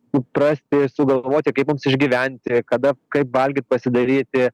suprasti ir sugalvoti kaip mums išgyventi kada kaip valgyt pasidaryti